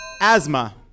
Asthma